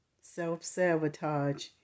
self-sabotage